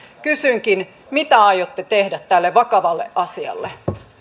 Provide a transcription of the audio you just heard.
kysynkin mitä aiotte tehdä tälle vakavalle asialle